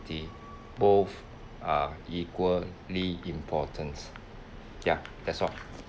both are equally importance ya that's all